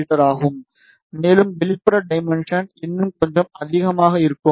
me ஆகும் மேலும் வெளிப்புற டைமென்ஷன் இன்னும் கொஞ்சம் அதிகமாக இருக்கும்